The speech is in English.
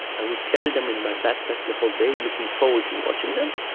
i would carry them in my backpack the whole day, looking forward to watching them.